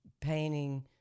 painting